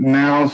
now